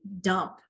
dump